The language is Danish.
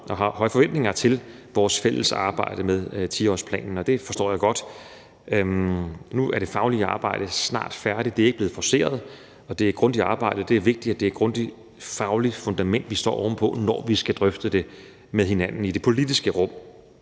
og har høje forventninger til vores fælles arbejde med 10-årsplanen. Det forstår jeg godt. Nu er det faglige arbejde snart færdigt. Det er ikke blevet forceret, og det er et grundigt arbejde. Det er vigtigt, at det er et grundigt fagligt fundament, vi står ovenpå, når vi skal drøfte det med hinanden i det politiske rum.